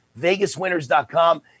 Vegaswinners.com